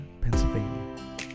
Pennsylvania